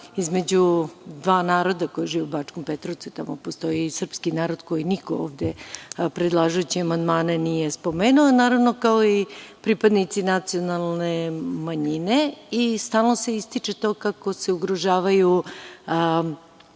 između dva naroda koji žive u Bačkom Petrovcu. Tamo postoji i srpski narod koji niko ovde predlažući amandmane nije ni spomenuo, naravno, kao i pripadnici nacionalne manjine. Stalno se ističe to kako se ugrožavaju